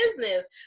business